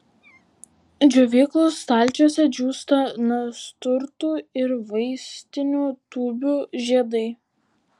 džiovyklos stalčiuose džiūsta nasturtų ir vaistinių tūbių žiedai